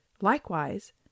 Likewise